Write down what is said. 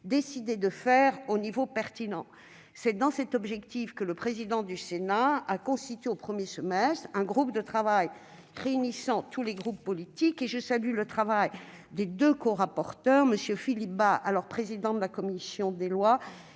décider de faire au niveau pertinent. C'est dans cet esprit que le président du Sénat a constitué, au premier semestre, un groupe de travail réunissant tous les groupes politiques. Je salue le travail accompli par les deux corapporteurs, M. Philippe Bas, alors président de la commission des lois,